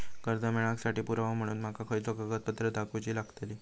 कर्जा मेळाक साठी पुरावो म्हणून माका खयचो कागदपत्र दाखवुची लागतली?